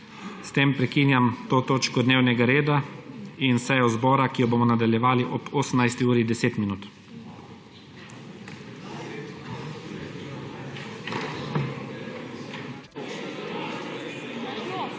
S tem prekinjam to točko dnevnega reda in sejo zbora, ki jo bomo nadaljevali ob 18.